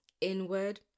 inward